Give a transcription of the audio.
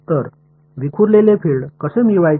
तर विखुरलेले फील्ड कसे मिळवायचे